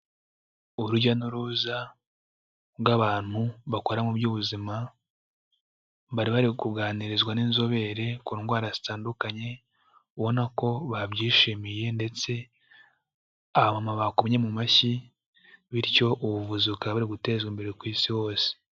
Urujya n'uruza rw'abantu bakora mu by'ubuzima, bari bari kuganirizwa n'inzobere ku ndwara zitandukanye ubona ko babyishimiye ndetse abamama bakomye mu mashyi bityo ubuvuzi bukaba buri gutezwa imbere ku isi hose.